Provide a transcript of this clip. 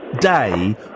day